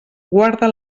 guarda